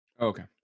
Okay